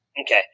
Okay